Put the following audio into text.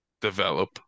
develop